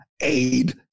aid